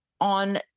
on